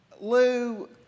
Lou